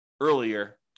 earlier